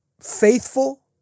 faithful